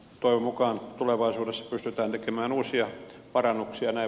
toivon mukaan tulevaisuudessa pystytään tekemään uusia parannuksia